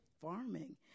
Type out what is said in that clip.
farming